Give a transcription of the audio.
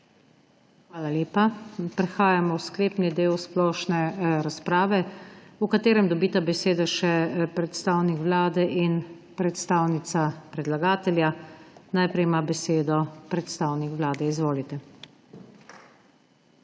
Hvala lepa. Prehajamo v sklepni del splošne razprave, v katerem dobita besedo še predstavnik Vlade in predstavnica predlagatelja. Besedo ima najprej predstavnik Vlade. Izvolite,